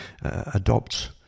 adopt